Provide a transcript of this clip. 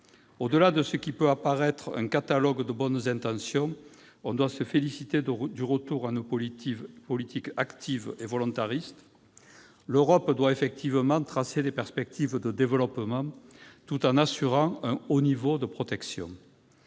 Au-delà de ce qui peut apparaître comme un catalogue de bonnes intentions, on doit se féliciter du retour à une politique active et volontariste. L'Europe doit effectivement tracer des perspectives de développement, tout en assurant un haut niveau de protection.